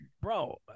bro